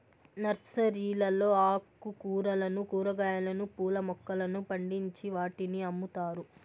నర్సరీలలో ఆకుకూరలను, కూరగాయలు, పూల మొక్కలను పండించి వాటిని అమ్ముతారు